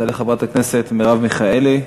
תעלה חברת הכנסת מרב מיכאלי.